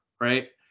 right